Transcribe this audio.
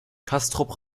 castrop